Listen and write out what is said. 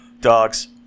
dogs